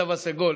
התו הסגול,